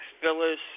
Phyllis